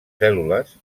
cèl·lules